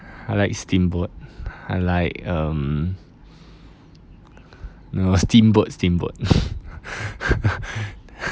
I like steamboat I like um no steamboat steamboat